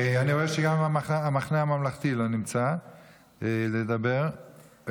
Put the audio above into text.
אני רואה שגם המחנה הממלכתי לא נמצא כדי לדבר.